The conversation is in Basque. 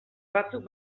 batzuk